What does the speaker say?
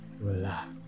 relax